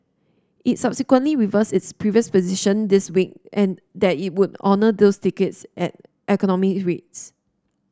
it subsequently reversed its previous position this week and that it would honour those tickets at economy rates